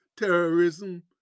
Terrorism